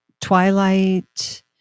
Twilight